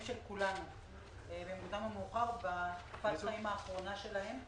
של כולנו בתקופת החיים האחרונה שלהם.